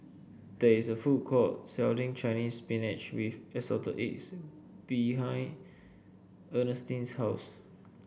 there is a food court selling Chinese Spinach with Assorted Eggs behind Ernestine's house